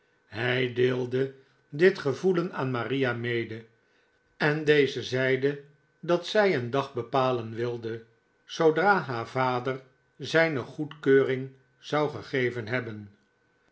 hij deelde dit gevoelen aan maria mede en deze zeide dat zij een dag bepalen wilde zoodra haar vader zijne goedkeuring zou gegeven hebben